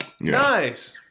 nice